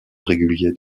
régulier